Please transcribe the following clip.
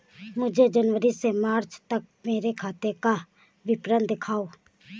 मुझे जनवरी से मार्च तक मेरे खाते का विवरण दिखाओ?